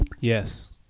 Yes